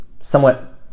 somewhat